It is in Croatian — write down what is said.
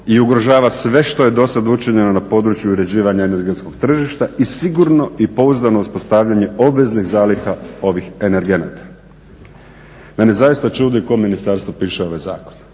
i ugrožava sve što je dosada učinjeno na području uređivanja energetskog tržišta i sigurno i pouzdano uspostavljanje obveznih zaliha ovih energenata. Mene zaista čudi koje ministarstvo piše ove zakone